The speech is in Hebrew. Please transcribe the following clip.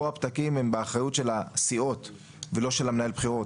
פה הפתקים הם באחריות של הסיעות ולא של המנהל בחירות,